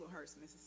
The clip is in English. Mississippi